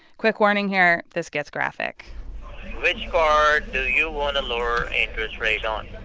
quick warning here this gets graphic which card do you want to lower interest rates on?